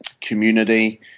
community